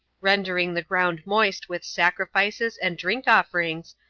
rendering the ground moist with sacrifices, and drink-offerings,